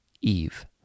Eve